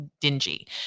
dingy